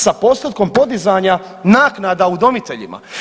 Sa postotkom podizanja naknada udomiteljima.